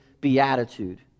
beatitude